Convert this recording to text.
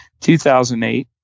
2008